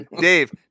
Dave